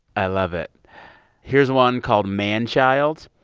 i love it here's one called man-child.